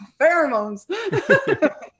Pheromones